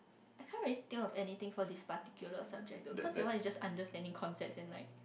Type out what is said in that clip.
I can't really think of anything for this particular subject though cause that one is just understanding concept and like